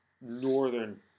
northern